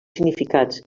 significats